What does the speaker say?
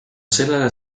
sellele